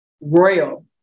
royal